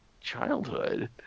childhood